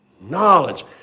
knowledge